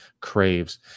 craves